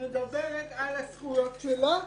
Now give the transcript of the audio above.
מדברת על הזכויות שלה,